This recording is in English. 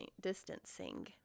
distancing